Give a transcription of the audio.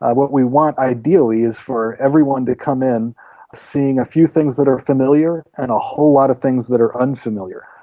what we want ideally is for everyone to come in seeing a few things that are familiar and a whole lot of things that are unfamiliar.